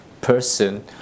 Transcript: person